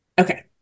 Okay